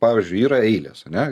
pavyzdžiui yra eilės ane